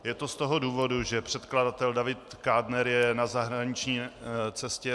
Je to z toho důvodu, že předkladatel David Kádner je na zahraniční cestě.